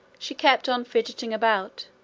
she kept on fidgetting about,